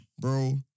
Bro